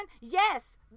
yes